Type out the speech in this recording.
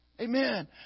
Amen